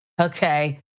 okay